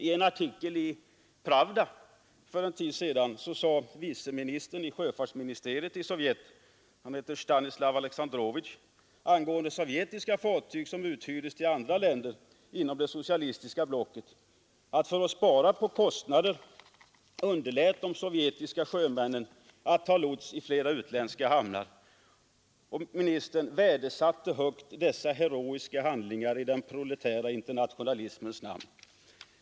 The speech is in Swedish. I en artikel i Pravda för en tid sedan uttalade vice ministern i sjöfartsministeriet i Sovjet, Stanislav Alexandrovitj, angående sovjetiska fartyg som uthyrts till andra länder inom det socialistiska blocket, att de sovjetiska sjömännen för att spara på kostnaderna underlåtit att anlita lots i flera utländska hamnar. Vice sjöfartsministern sade sig värdesätta högt dessa heroiska handlingar i den proletära internationalismens namn.